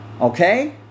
Okay